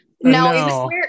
no